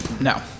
no